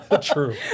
True